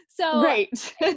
Right